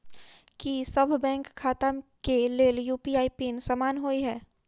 की सभ बैंक खाता केँ लेल यु.पी.आई पिन समान होइ है?